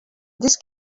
this